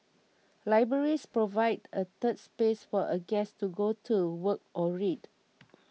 libraries provide a third space for a guest to go to work or read